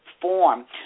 form